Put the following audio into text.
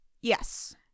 Yes